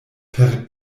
per